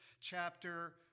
chapter